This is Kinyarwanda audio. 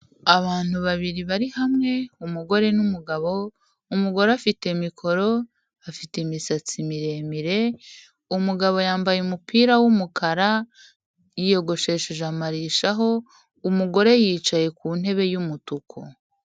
Abantu babiri bari hamwe, umugore n'umugabo, umugore afite mikoro, afite imisatsi miremire, umugabo yambaye umupira w'umukara, yiyogoshesheje amarishaho, umugore yicaye ku ntebe y'umutuku.